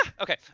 Okay